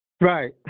Right